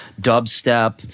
dubstep